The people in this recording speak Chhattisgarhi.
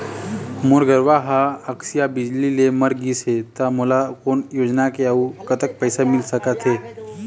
मोर गरवा हा आकसीय बिजली ले मर गिस हे था मोला कोन योजना ले अऊ कतक पैसा मिल सका थे?